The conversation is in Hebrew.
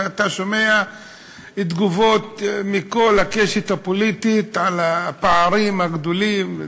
ואתה שומע תגובות מכל הקשת הפוליטית על הפערים הגדולים.